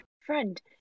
friend